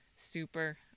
super